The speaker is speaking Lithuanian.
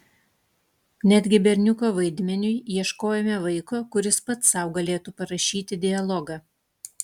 netgi berniuko vaidmeniui ieškojome vaiko kuris pats sau galėtų parašyti dialogą